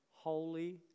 holy